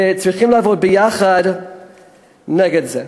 וצריכים לעבוד יחד נגד זה.